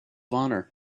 honor